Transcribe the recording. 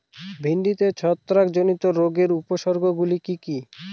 ভিন্ডিতে ছত্রাক জনিত রোগের উপসর্গ গুলি কি কী?